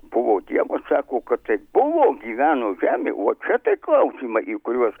buvo dievas sako kad taip buvo gyveno žemėj vo čia tai klausimai į kuriuos